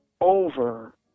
over